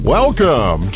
Welcome